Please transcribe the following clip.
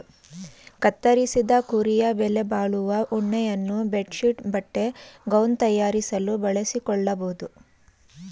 ಕತ್ತರಿಸಿದ ಕುರಿಯ ಬೆಲೆಬಾಳುವ ಉಣ್ಣೆಯನ್ನು ಬೆಡ್ ಶೀಟ್ ಬಟ್ಟೆ ಗೌನ್ ತಯಾರಿಸಲು ಬಳಸಿಕೊಳ್ಳಬೋದು